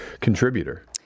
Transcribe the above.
contributor